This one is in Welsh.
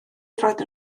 roedden